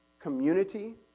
community